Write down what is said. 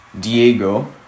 Diego